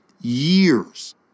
years